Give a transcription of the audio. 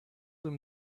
him